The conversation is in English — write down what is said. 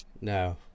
No